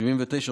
התש"ל 1970,